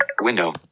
window